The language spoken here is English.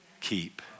keep